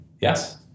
Yes